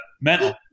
mental